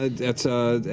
that's